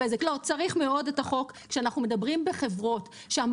מאוד בעייתית שנתנה לתאגידים לעשות מה שהם